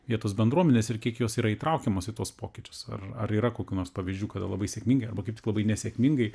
vietos bendruomenės ir kiek jos yra įtraukiamos į tuos pokyčius ar ar yra kokių nors pavyzdžių kada labai sėkmingai arba kaip labai nesėkmingai